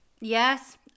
Yes